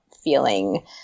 feeling